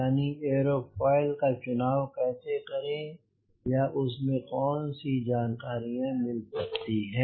यानी एयरोफॉयल का चुनाव कैसे करें या कि उस से कौन सी जानकारियाँ मिल सकती हैं